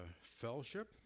fellowship